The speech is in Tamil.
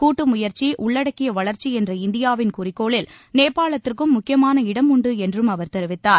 கூட்டு முயற்சி உள்ளடக்கிய வளர்ச்சி என்ற இந்தியாவின் குறிக்கோளில் நேபாளத்திற்கும் முக்கியமான இடம் உண்டு என்றும் அவர் தெரிவித்தார்